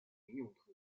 用途